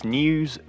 news